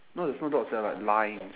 no there's no dots there are like lines